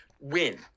win